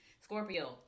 Scorpio